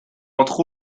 entre